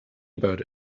about